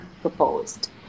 proposed